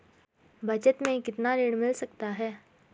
बचत मैं कितना ऋण मिल सकता है?